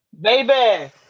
Baby